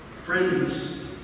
Friends